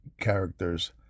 characters